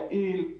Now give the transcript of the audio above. יעיל,